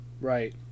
Right